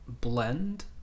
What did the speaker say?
blend